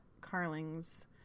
Carling's